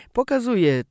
pokazuje